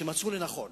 שמצאו לנכון